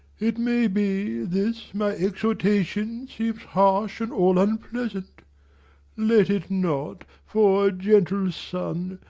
it may be, this my exhortation seems harsh and all unpleasant let it not for, gentle son,